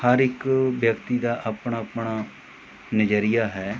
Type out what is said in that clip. ਹਰ ਇੱਕ ਵਿਅਕਤੀ ਦਾ ਆਪਣਾ ਆਪਣਾ ਨਜ਼ਰੀਆ ਹੈ